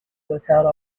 without